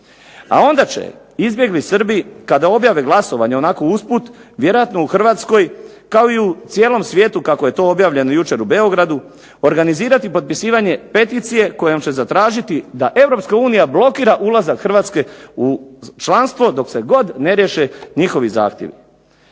A onda će izbjegli Srbi, kada objave glasovanje onako usput, vjerojatno u Hrvatskoj kao i u cijelom svijetu kako je to objavljeno jučer u Beogradu, organizirati potpisivanje peticije kojom će zatražiti da Europska unija blokira ulazak Hrvatske u članstvo dok se god ne riješe njihovi zahtjevi.